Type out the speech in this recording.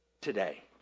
today